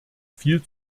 viel